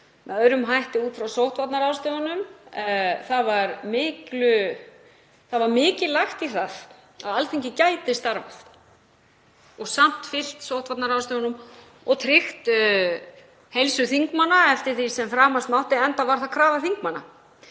heimsfaraldur út frá sóttvarnaráðstöfunum. Það var mikið lagt í það að Alþingi gæti starfað og samt fylgt sóttvarnaráðstöfunum og tryggt heilsu þingmanna eftir því sem framast mátti, enda var það krafa þingmanna.